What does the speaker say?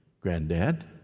granddad